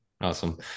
Awesome